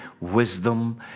wisdom